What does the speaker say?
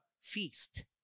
feast